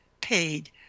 paid